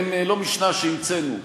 הם לא משנה שהמצאנו,